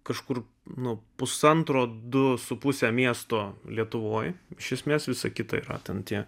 kažkur nuo pusantro du su puse miesto lietuvoje iš esmės visa kitai artinti